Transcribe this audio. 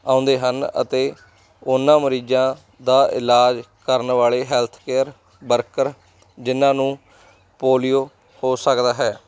ਆਉਂਦੇ ਹਨ ਅਤੇ ਉਹਨਾਂ ਮਰੀਜ਼ਾਂ ਦਾ ਇਲਾਜ ਕਰਨ ਵਾਲੇ ਹੈਲਥ ਕੇਅਰ ਵਰਕਰ ਜਿਹਨਾਂ ਨੂੰ ਪੋਲੀਓ ਹੋ ਸਕਦਾ ਹੈ